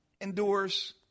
endures